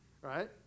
right